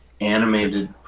animated